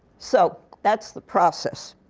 so that's the process.